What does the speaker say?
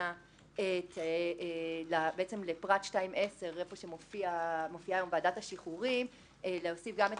הראשונה לפרט 2(10) במקום שמופיעה ועדת השחרורים להוסיף גם את